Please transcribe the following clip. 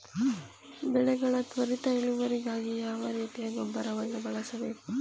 ಬೆಳೆಗಳ ತ್ವರಿತ ಇಳುವರಿಗಾಗಿ ಯಾವ ರೀತಿಯ ಗೊಬ್ಬರವನ್ನು ಬಳಸಬೇಕು?